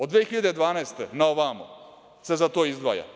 Od 2012. godine na ovamo se za to izdvaja.